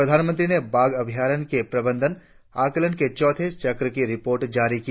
प्रधानमंत्री ने बाघ अभ्यारण्य के प्रबंधन आकलन के चौथे चक्र की रिपोर्ट जारी की